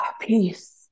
peace